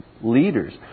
leaders